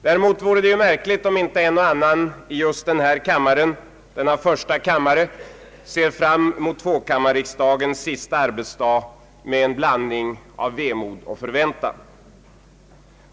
Däremot vore det ju märkligt, om inte en och annan just här i första kammaren ser fram mot tvåkammarriksdagens sista arbetsdag med en blandning av vemod och förväntan.